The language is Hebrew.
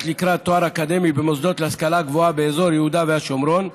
לקראת תואר אקדמי במוסדות להשכלה גבוהה באזור יהודה ושומרון.